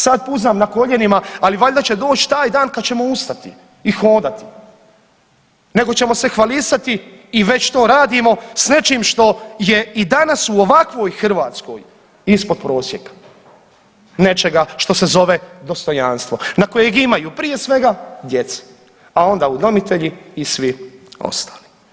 Sad puzam na koljenima, ali valjda će doći taj dan kad ćemo ustati i hodati, nego ćemo se hvalisati i već to radimo s nečim što je i danas u ovakvoj Hrvatskoj ispod prosjeka nečega što se dostojanstvo na kojeg imaju, prije svega djeca, a onda udomitelji i svi ostali.